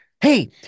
Hey